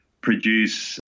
produce